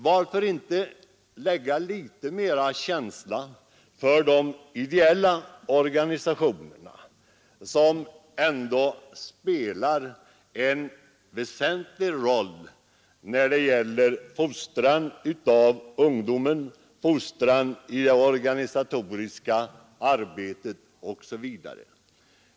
Varför inte lägga in litet mera av känsla för de ideella organisationerna, som ändå spelar en väsentlig roll när det gäller fostran av ungdomen, fostran i det organisatoriska arbetet osv.?